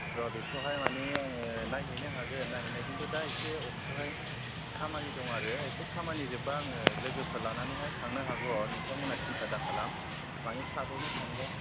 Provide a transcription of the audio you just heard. र' बेखौहाय मानि आङो नायहैनो हागोन नायहैनाय खिन्थु दा एसे अफिसआवहाय खामानि दङ आरो एसे खामानि जोबबा आङो लोगोफोर लानानैहाय थांनो हागौ नोंथांमोनहा सिन्था दाखालाम मानि थाबैनो थांगोन